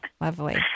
Lovely